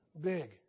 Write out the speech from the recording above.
big